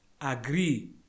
agree